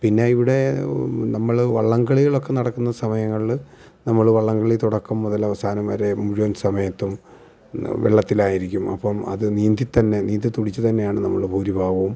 പിന്നെ ഇവിടെ നമ്മൾ വള്ളം കളികളികളൊക്ക നടക്കുന്ന സമയങ്ങളിൽ നമ്മൾ വള്ളംകളി തുടക്കം മുതൽ അവസാനം വരെ മുഴുവൻ സമയത്തും വെള്ളത്തിലായിരിക്കും അപ്പം അത് നീന്തിത്തന്നെ നീന്തിത്തുടിച്ച് തന്നെയാണ് നമ്മൾ ഭൂരിഭാഗവും